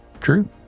true